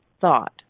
thought